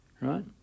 right